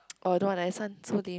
oh don't want the accent so dim